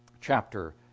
chapter